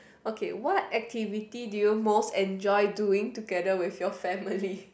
okay what activity do you most enjoy doing together with your family